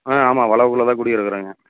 ஆ ஆமாம் வளவுக்குள்ளே தான் குடியிருக்குறேன்ங்க